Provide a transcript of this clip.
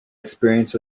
experience